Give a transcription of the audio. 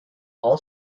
all